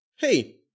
Hey